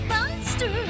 Monster